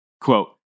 Quote